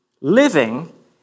living